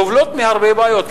סובלות מהרבה בעיות,